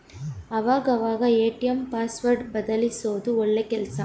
ಆವಾಗ ಅವಾಗ ATM password ಬದಲ್ಯಿಸೋದು ಒಳ್ಳೆ ಕೆಲ್ಸ